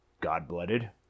God-blooded